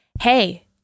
Hey